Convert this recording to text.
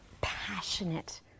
passionate